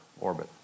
orbit